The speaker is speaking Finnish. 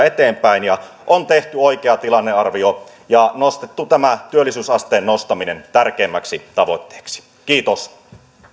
eteenpäin ja on tehty oikea tilannearvio ja nostettu tämä työllisyysasteen nostaminen tärkeimmäksi tavoitteeksi kiitos